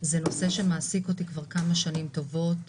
מעסיק אותי כבר כמה שנים טובות.